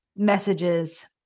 messages